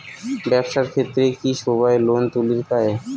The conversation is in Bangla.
ব্যবসার ক্ষেত্রে কি সবায় লোন তুলির পায়?